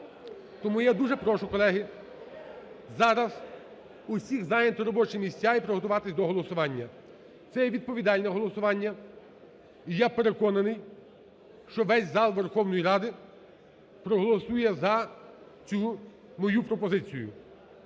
Тому я дуже прошу, колеги, зараз усіх зайняти робочі місця і приготуватися до голосування. Це є відповідальне голосування. І я переконаний, що весь зал Верховної Ради проголосує за цю мою пропозицію,